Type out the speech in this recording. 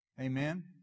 Amen